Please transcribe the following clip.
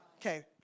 Okay